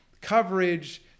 coverage